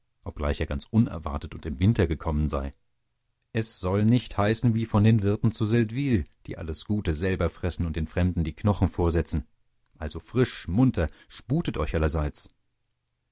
obgleich er ganz unerwartet und im winter gekommen sei es soll nicht heißen wie von den wirten zu seldwyl die alles gute selber fressen und den fremden die knochen vorsetzen also frisch munter sputet euch allerseits